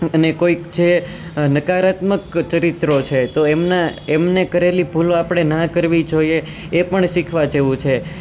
અને કોઈક જે નકારાત્મક ચરિત્રો છે તો એમણે એમણે કરેલી ભૂલો આપણે ના કરવી જોઈએ એ પણ શીખવા જેવું છે